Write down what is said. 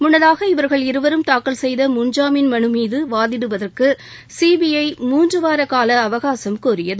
முன்னதாக இவர்கள் இருவரும் தாக்கல் செய்த முன்ஜாமீன் மனு மீது வாதிடுவதற்கு சிபிஐ மூன்றுவார காலஅவகாசம் கோரியது